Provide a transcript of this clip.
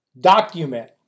document